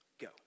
go